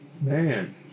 Man